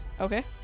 Okay